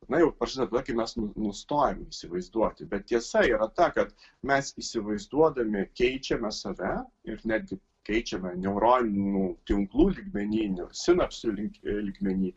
na jau prasideda kai mes nustojam įsivaizduoti bet tiesa yra ta kad mes įsivaizduodami keičiame save ir netgi keičiame neuroninių tinklų lygmeny sinapsių link lygmeny